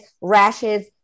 rashes